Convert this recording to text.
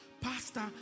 pastor